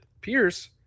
Pierce